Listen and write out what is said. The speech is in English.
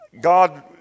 God